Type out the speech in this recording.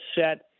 set